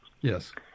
Yes